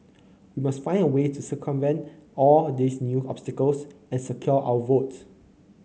we must find a way to circumvent all these new obstacles and secure our votes